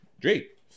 Drake